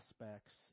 aspects